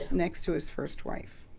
next to his first wife.